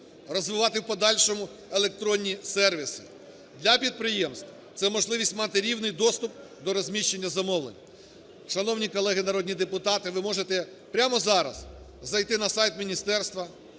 розвивати в подальшому електронні сервіси. Для підприємств – це можливість мати рівний доступ до розміщення замовлень. Шановні колеги народні депутати, ви можете прямо зараз зайти на сайт міністерства,